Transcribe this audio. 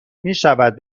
میشود